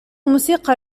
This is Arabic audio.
موسيقى